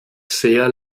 sehr